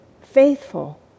faithful